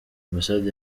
ambasade